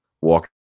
Walk